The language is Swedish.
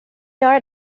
göra